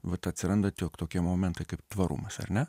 vat atsiranda tiek tokie momentai kaip tvarumas ar ne